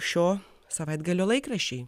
šio savaitgalio laikraščiai